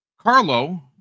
Carlo